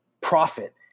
profit